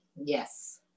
Yes